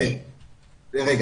כרגע